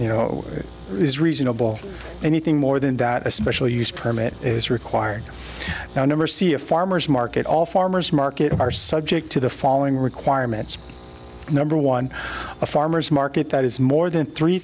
you know is reasonable anything more than that especially use permit is required now never see a farmer's market all farmers market are subject to the following requirements number one a farmer's market that is more than three